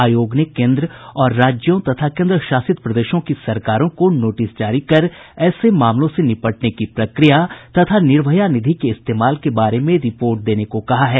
आयोग ने केन्द्र और राज्यों तथा केन्द्र शासित प्रदेशों की सरकारों को नोटिस जारी कर ऐसे मामलों से निपटने की प्रक्रिया तथा निर्भया निधि के इस्तेमाल के बारे में रिपोर्ट देने को कहा है